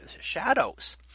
shadows